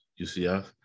UCF